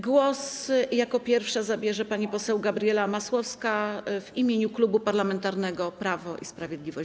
Głos jako pierwsza zabierze pani poseł Gabriela Masłowska w imieniu Klubu Parlamentarnego Prawo i Sprawiedliwość.